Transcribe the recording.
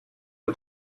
for